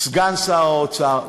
סגן שר האוצר,